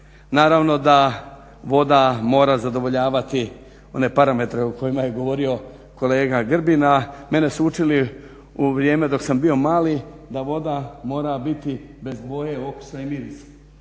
Naravno da voda mora zadovoljavati one parametre o kojima je govorio kolega Grbin, a mene su učili u vrijeme dok sam bio mali da voda mora biti bez boje, okusa i mirisa.